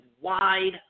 wide